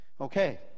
Okay